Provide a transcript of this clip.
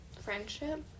friendship